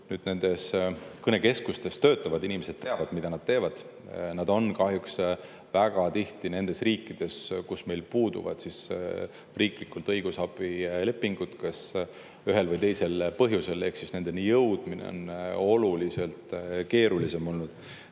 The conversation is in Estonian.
on. Nendes kõnekeskustes töötavad inimesed teavad, mida nad teevad. Nad on kahjuks väga tihti nendes riikides, kus meil puuduvad riiklikud õigusabilepingud ühel või teisel põhjusel. Nendeni jõudmine on oluliselt keerulisem olnud.